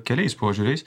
keliais požiūriais